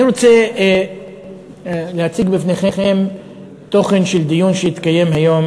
אני רוצה להציג בפניכם תוכן של דיון שהתקיים היום